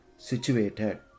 situated